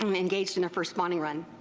um engaged in a first spawning run.